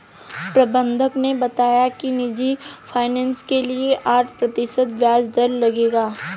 प्रबंधक ने बताया कि निजी फ़ाइनेंस के लिए आठ प्रतिशत ब्याज दर लगेगा